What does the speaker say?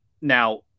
Now